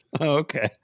Okay